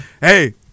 Hey